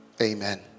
Amen